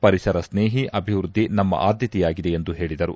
ಪರಿಸರ ಸ್ನೇಹಿ ಅಭಿವೃದ್ದಿ ನಮ್ನ ಆದ್ಯತೆಯಾಗಿದೆ ಎಂದು ಹೇಳಿದರು